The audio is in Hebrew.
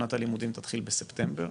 שנת הלימודים תתחיל בספטמבר,